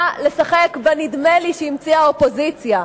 לשחק בנדמה לי שהמציאה האופוזיציה,